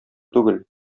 түгел